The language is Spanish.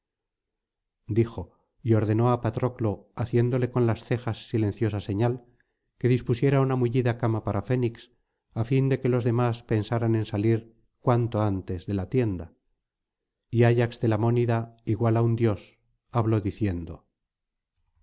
dijo y ordenó á patroclo haciéndole con las cejas silenciosa señal que dispusiera una mullida cama para fénix á fin de que los demás pensaran en salir cuanto antes de la tienda y ayax telamónida igual á un dios habló diciendo